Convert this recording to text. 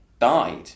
died